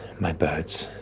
my birds,